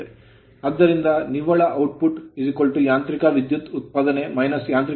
ಆದ್ದರಿಂದ ನಿವ್ವಳ ಔಟ್ಪುಟ್ ಯಾಂತ್ರಿಕ ವಿದ್ಯುತ್ ಉತ್ಪಾದನೆ ಯಾಂತ್ರಿಕ ವಿದ್ಯುತ್ ನಷ್ಟ73